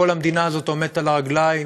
כל המדינה הזאת עומדת על הרגליים,